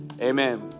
amen